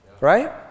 Right